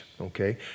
Okay